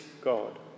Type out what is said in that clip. God